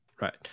Right